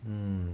mm